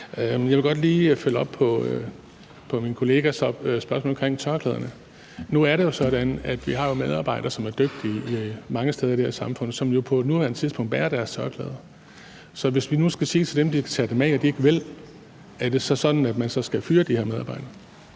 Jeg vil godt lige følge op på min kollegas spørgsmål omkring tørklæderne. Nu er det jo sådan, at vi har medarbejdere, som er dygtige, mange steder i det her samfund, som på nuværende tidspunkt bærer deres tørklæder. Så hvis vi nu skal sige til dem, at de skal tage dem af, og de ikke vil, er det så sådan, at man skal fyre de her medarbejdere?